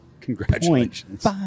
Congratulations